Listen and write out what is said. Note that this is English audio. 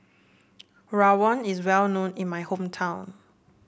Rawon is well known in my hometown